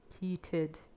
heated